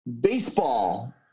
baseball